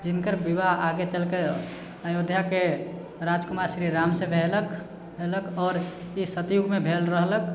जिनकर विवाह आगे चलिके अयोध्याके राजकुमार श्री रामसँ भयलक भेलक आओर ई सतयुगमे भेल रहलक